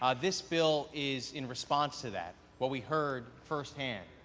ah this bill is in response to that. what we heard firsthand,